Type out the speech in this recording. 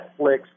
Netflix